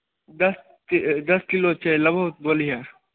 दसके दस किलो छै लबहो तऽ बोलिहो